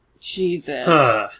jesus